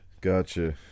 Gotcha